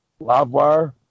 Livewire